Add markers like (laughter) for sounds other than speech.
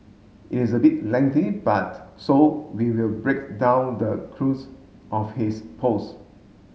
is a bit lengthy but so we will break down the (unintelligible) of his post